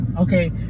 okay